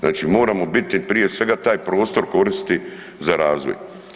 Znači moramo biti, prije svega, taj prostor koristiti za razvoj.